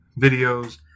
videos